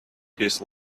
his